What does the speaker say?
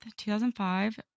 2005